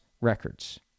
Records